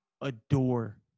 adore